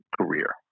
career